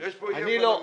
שיש פה אי הבנה.